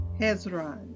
Hezron